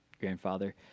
grandfather